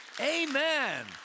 Amen